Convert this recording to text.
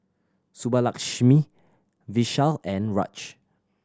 Subbulakshmi Vishal and Raj